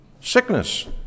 sickness